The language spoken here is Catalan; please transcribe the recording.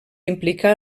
implicar